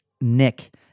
Nick